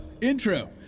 intro